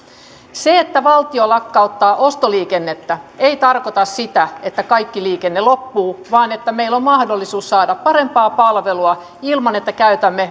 se että valtio lakkauttaa ostoliikennettä ei tarkoita sitä että kaikki liikenne loppuu vaan että meillä on mahdollisuus saada parempaa palvelua ilman että käytämme